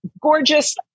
gorgeous